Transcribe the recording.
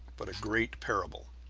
but a great parable.